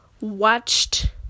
watched